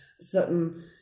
certain